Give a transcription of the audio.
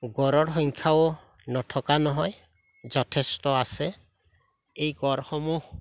গঁড়ৰ সংখ্যাও নথকা নহয় যথেষ্ট আছে এই গঁড়সমূহ